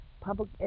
public